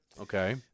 Okay